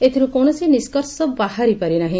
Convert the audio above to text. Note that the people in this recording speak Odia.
ଏଥିରୁ କୌଣସି ନିଷ୍ପର୍ସ ବାହାରି ପାରିନାହି